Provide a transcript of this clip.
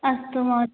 अस्तु महो